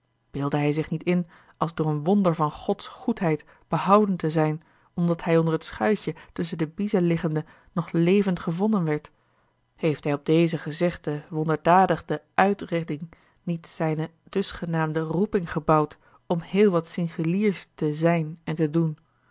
beeldde hij zich niet in als door een wonder van gods goedheid behouden te zijn omdat hij onder het schuitje tusschen de biezen liggende nog levend gevonden werd heeft hij op deze gezegde wonderdadige uitredding niet zijne dusgenaamde roeping gebouwd om heel wat singuliers te zijn en te doen